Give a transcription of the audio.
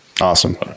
Awesome